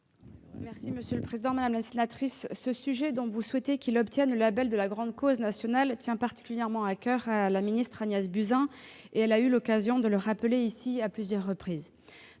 secrétaire d'État. Madame la sénatrice, ce sujet dont vous souhaitez qu'il obtienne le label de grande cause nationale tient particulièrement à coeur à la ministre Agnès Buzyn, qui a eu l'occasion de le rappeler ici à plusieurs reprises.